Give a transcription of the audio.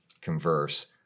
converse